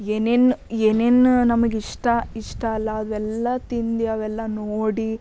ಏನೇನು ಏನೇನು ನಮಗಿಷ್ಟ ಇಷ್ಟ ಅದಾ ಅವೆಲ್ಲ ತಿಂದು ಅವೆಲ್ಲ ನೋಡಿ